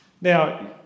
Now